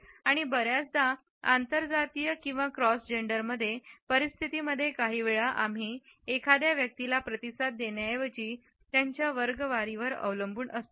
आणि बर्याचदा आंतरजातीय किंवा क्रॉस जेंडरमध्ये परिस्थितीमध्ये काहीवेळा आम्हीएखाद्या व्यक्तीला प्रतिसाद देण्याऐवजी त्यांच्या वर्ग वारीवर अवलंबून असतो